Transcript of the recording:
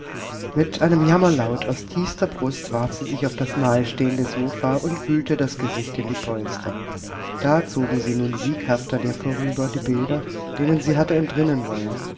mit einem jammerlaut aus tiefster brust warf sie sich auf das nahestehende sofa und wühlte das gesicht in die polster da zogen sie nun sieghaft an ihr vorüber die bilder denen sie hatte entrinnen wollen